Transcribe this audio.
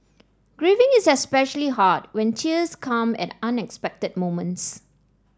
grieving is especially hard when tears come at unexpected moments